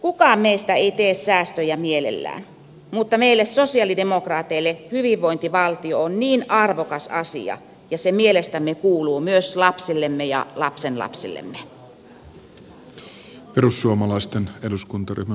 kukaan meistä ei tee säästöjä mielellään mutta meille sosialidemokraateille hyvinvointivaltio on arvokas asia ja se mielestämme kuluu myös lapsillemme ja lapsenlapsillemme